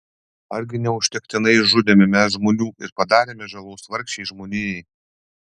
argi neužtektinai išžudėme mes žmonių ir padarėme žalos vargšei žmonijai